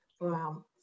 wow